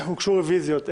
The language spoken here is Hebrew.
הוגשו רביזיות.